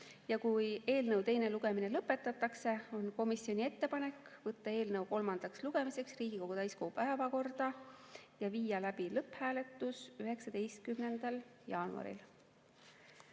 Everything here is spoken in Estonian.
Kui eelnõu teine lugemine lõpetatakse, on komisjoni ettepanek võtta eelnõu kolmandaks lugemiseks Riigikogu täiskogu päevakorda ja viia läbi lõpphääletus 19. jaanuaril.